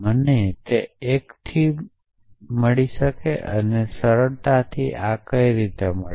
મને તે એકથી મળી અને સરળતા મને આ કેવી રીતે મળી